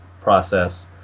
process